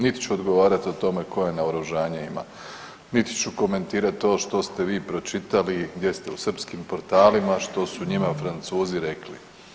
Niti ću odgovarati o tome koje naoružanje ima, niti ću komentirat to što ste vi pročitali, gdje ste u srpskim portalima što su njima Francuzi rekli.